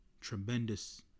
tremendous